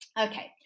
Okay